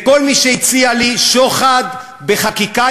לכל מי שהציע לי שוחד בחקיקה,